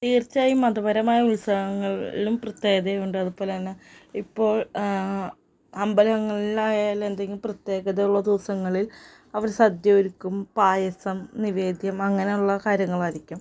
തീർച്ചയായും മതപരമായ ഉത്സവങ്ങളിലും പ്രത്യേകതയുണ്ട് അതുപോലെ തന്നെ ഇപ്പോൾ അമ്പലങ്ങളിലായാലും എന്തെങ്കിലും പ്രത്യേകതയുള്ള ദിവസങ്ങളിൽ അവർ സദ്യ ഒരുക്കും പായസം നിവേദ്യം അങ്ങനെ ഉള്ള കാര്യങ്ങളായിരിക്കും